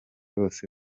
bose